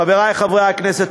חברי חברי הכנסת,